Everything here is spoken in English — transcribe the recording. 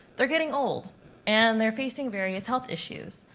they are getting old and they are facing various health issues.